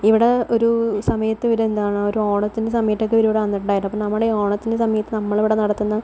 ഇവിടെ ഒരു സമയത്ത് ഇവരെന്താണ് ഒരു ഓണത്തിൻ്റെ സമയത്തൊക്കെ ഇവർ ഇവിടെ വന്നിട്ടുണ്ടായിരുന്നു അപ്പോൾ നമ്മുടെ ഓണത്തിൻ്റെ സമയത്ത് നമ്മളിവിടെ നടത്തുന്ന